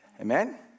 Amen